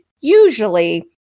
usually